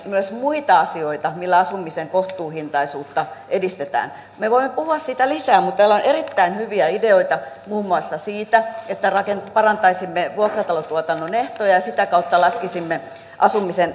myös muita asioita millä asumisen kohtuuhintaisuutta edistetään me voimme puhua siitä lisää mutta täällä on erittäin hyviä ideoita muun muassa siitä että parantaisimme vuokratalotuotannon ehtoja ja sitä kautta laskisimme asumisen